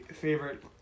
favorite